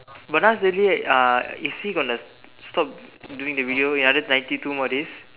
but Nas daily uh is he going to stop doing the video he had ninety two more days